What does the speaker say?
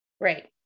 Right